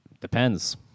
Depends